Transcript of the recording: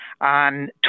on